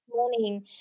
morning